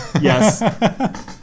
Yes